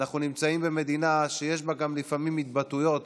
אנחנו נמצאים במדינה שיש בה גם לפעמים התבטאויות